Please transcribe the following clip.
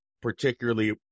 particularly